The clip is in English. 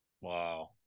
Wow